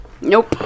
Nope